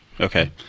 Okay